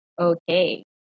okay